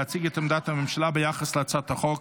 להציג את עמדת הממשלה ביחס להצעת החוק.